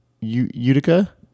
Utica